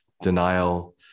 denial